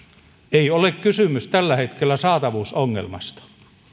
ei ole kysymys tällä hetkellä saatavuusongelmasta